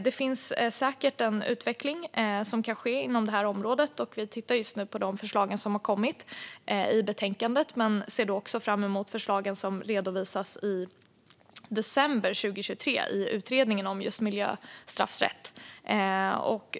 Det kan därför säkert ske en utveckling inom detta område, och vi tittar just nu på de förslag som har kommit i betänkandet. Men vi ser också fram emot de förslag som ska redovisas i december 2023 i utredningen om just miljöstraffsrätt.